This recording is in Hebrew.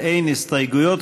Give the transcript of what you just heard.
אין הסתייגויות,